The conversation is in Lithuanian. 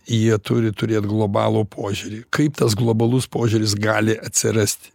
jie turi turėt globalų požiūrį kaip tas globalus požiūris gali atsirasti